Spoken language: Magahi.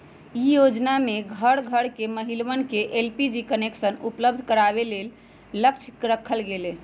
ई योजनमा में घर घर के महिलवन के एलपीजी कनेक्शन उपलब्ध करावे के लक्ष्य रखल गैले